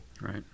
Right